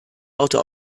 auto